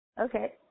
Okay